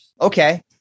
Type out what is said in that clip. Okay